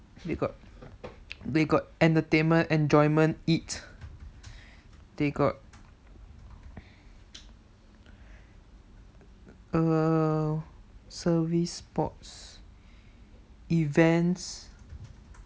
they got entertainment enjoyment eat they got err service sports events